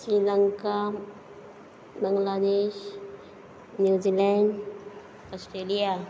Sri Lanka Bangladesh New Zealand Australia